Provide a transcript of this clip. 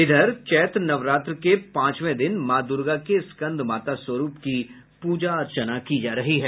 इधर चैत नवरात्र के पांचवें दिन मॉ द्र्गा के स्कंदमाता स्वरूप की प्रजा अर्चना की जा रही है